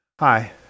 Hi